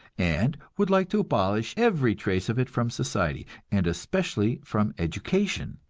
and would like to abolish every trace of it from society, and especially from education.